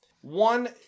one